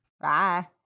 bye